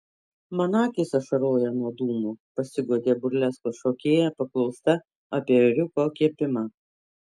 man akys ašaroja nuo dūmų pasiguodė burleskos šokėja paklausta apie ėriuko kepimą